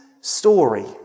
story